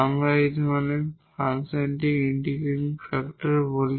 আমরা এই ধরনের একটি ফাংশনকে ইন্টিগ্রেটিং ফ্যাক্টর বলি